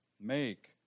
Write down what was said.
make